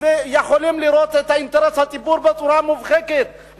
יכולים לראות את אינטרס הציבור בצורה המובהקת.